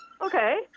Okay